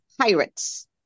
pirates